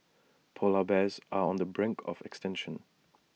Polar Bears are on the brink of extinction